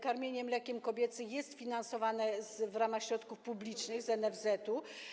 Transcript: Karmienie mlekiem kobiecym jest finansowane w ramach środków publicznych z NFZ.